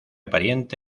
pariente